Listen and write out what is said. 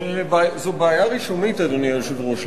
זאת בעיה רישומית, אדוני היושב-ראש.